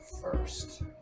first